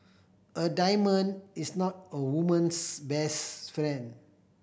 a diamond is not a woman's best friend